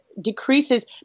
decreases